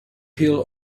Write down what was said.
hill